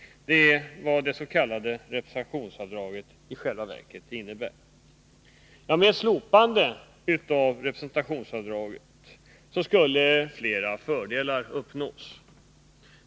Det är vad det s.k. representationsavdraget i själva verket innebär. Med ett slopande av detta avdrag skulle flera fördelar uppnås.